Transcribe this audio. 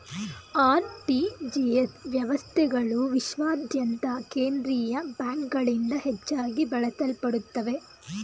RTGS ವ್ಯವಸ್ಥೆಗಳು ವಿಶ್ವಾದ್ಯಂತ ಕೇಂದ್ರೀಯ ಬ್ಯಾಂಕ್ಗಳಿಂದ ಹೆಚ್ಚಾಗಿ ಬಳಸಲ್ಪಡುತ್ತವೆ